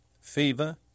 fever